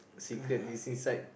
secretly is inside